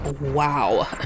wow